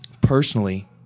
personally